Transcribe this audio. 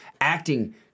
acting